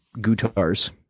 guitars